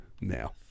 now